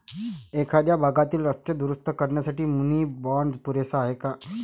एखाद्या भागातील रस्ते दुरुस्त करण्यासाठी मुनी बाँड पुरेसा आहे का?